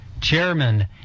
Chairman